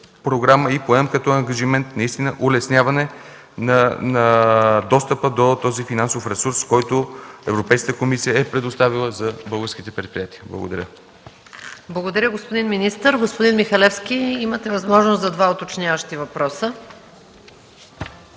Поемам като ангажимент улесняването на достъпа до този финансов ресурс, който Европейската комисия е предоставила за българските предприятия. Благодаря. ПРЕДСЕДАТЕЛ МАЯ МАНОЛОВА: Благодаря, господин министър. Господин Михалевски, имате възможност за два уточняващи въпроса.